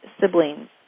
siblings